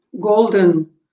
golden